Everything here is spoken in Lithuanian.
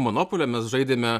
monopolio mes žaidėme